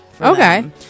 Okay